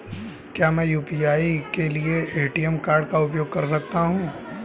क्या मैं यू.पी.आई के लिए ए.टी.एम कार्ड का उपयोग कर सकता हूँ?